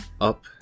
up